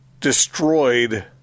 destroyed